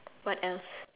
what else